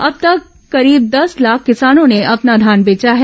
अब तक करीब दस लाख किसानों ने अपना धान बेचा है